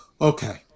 Okay